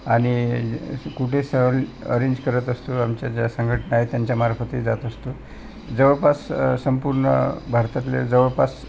आणि कुठे सहल अरेंज करत असतो आमच्या ज्या संघटना आहेत त्यांच्यामार्फतही जात असतो जवळपास संपूर्ण भारतातल्या जवळपास